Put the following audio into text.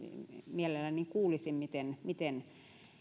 mielelläni kuulisin miten miten